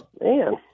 Man